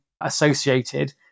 associated